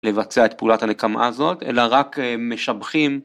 לבצע את פעולת הנקמה הזאת, אלא רק משבחים.